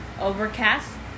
Overcast